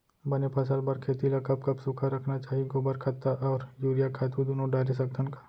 बने फसल बर खेती ल कब कब सूखा रखना चाही, गोबर खत्ता और यूरिया खातू दूनो डारे सकथन का?